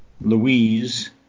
Louise